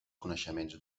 coneixements